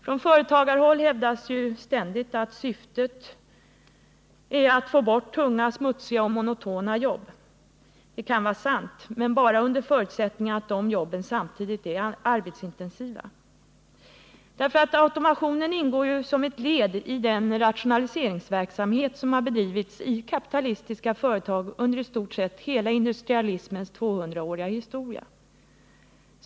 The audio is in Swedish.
Från företagarhåll hävdas ständigt att syftet är att få bort tunga, smutsiga och monotona jobb. Det kan vara sant, men bara under förutsättning att dessa jobb samtidigt är arbetsintensiva. Automationen ingår som ett led i den rationaliseringsverksamhet som har bedrivits i kapitalistiska företag under i stort sett hela industrialismens tvåhundraåriga historia.